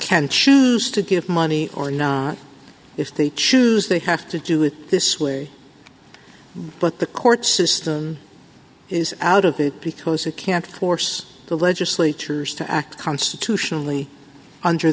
can choose to give money or not if they choose they have to do it this way but the court system is out of it because it can't force the legislatures to act constitutionally under